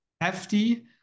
Hefty